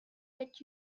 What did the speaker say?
let